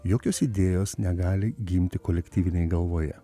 jokios idėjos negali gimti kolektyvinėj galvoje